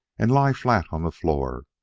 and lie flat on the floor.